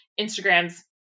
Instagram's